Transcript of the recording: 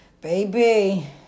baby